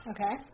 Okay